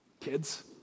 Kids